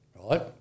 Right